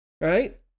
right